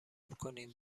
کنین